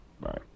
Bye